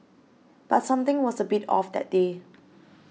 but something was a bit off that day